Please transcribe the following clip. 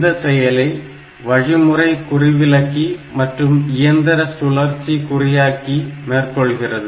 இந்த செயலை வழிமுறை குறிவிலக்கி மற்றும் இயந்திர சுழற்சி குறியாக்கி மேற்கொள்கிறது